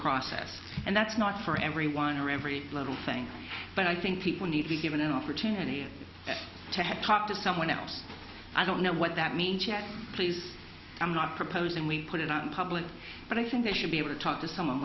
process and that's not for everyone or every little thing but i think people need to be given an opportunity to have talk to someone else i don't know what that means yet please i'm not proposing we put it out in public but i think they should be able to talk to someone